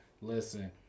listen